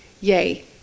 yay